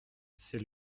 c’est